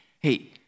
hey